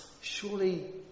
surely